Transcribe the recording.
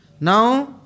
Now